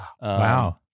Wow